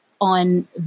on